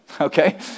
okay